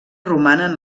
romanen